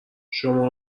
شماها